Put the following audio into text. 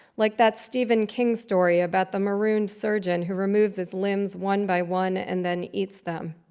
like that stephen king story about the marooned surgeon who removes his limbs one by one and then eats them.